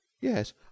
yes